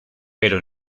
pero